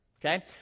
okay